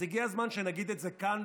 אז הגיע הזמן שנגיד את זה כאן,